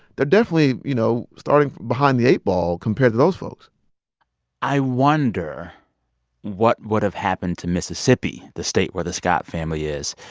they're definitely, you know, starting behind the eight ball compared to those folks i wonder what would have happened to mississippi, the state where the scott family is,